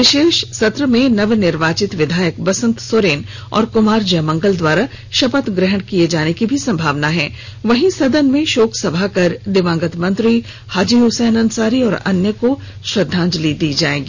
विरोष सत्र में नवनिर्वाचित विधायक बसंत सोरेन और कुमार जयमंगल द्वारा शपथ ग्रहण किए जाने की भी संभावना है वहीं सदन में शोक सभा का कर दिवंगत मंत्री हाजी हुसैन अंसारी और अन्य को श्रद्वांजलि दी जाएगी